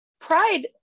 pride